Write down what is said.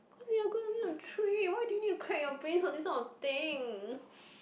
we are going on a trip why do you need to crack your brains on this kind of thing